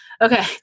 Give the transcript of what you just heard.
Okay